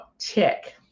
check